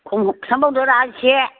खम खालामबावदोब्रा एसे